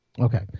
Okay